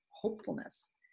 hopefulness